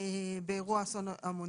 באירוע אסון לאומי.